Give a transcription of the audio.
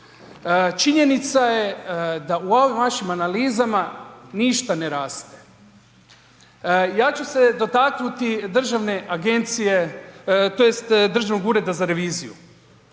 Činjenica je da u ovim vašim analizama ništa ne raste. Ja ću se dotaknuti državne agencije, tj. Državnog ureda za reviziju.